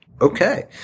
okay